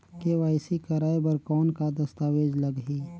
KYC कराय बर कौन का दस्तावेज लगही?